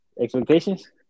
expectations